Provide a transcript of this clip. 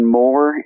more